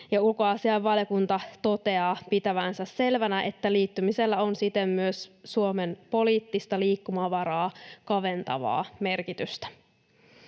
Ulkoasiainvaliokunta toteaa pitävänsä selvänä, että liittymisellä on siten myös Suomen poliittista liikkumavaraa kaventavaa merkitystä.